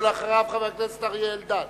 ואחריו, חבר הכנסת אריה אלדד.